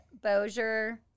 Bozier